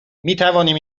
میتوانیم